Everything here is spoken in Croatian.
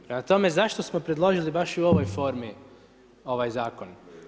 Prema tome, zašto smo predložili baš i ovoj formi ovaj Zakon?